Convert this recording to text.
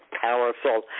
powerful